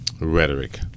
rhetoric